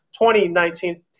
2019